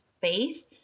faith